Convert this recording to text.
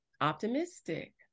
optimistic